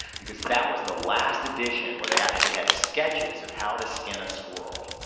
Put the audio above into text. because that was the last edition where they actually had sketches of how to skin a squirrel.